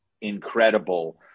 incredible